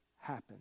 happen